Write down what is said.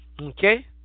Okay